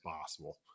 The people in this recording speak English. possible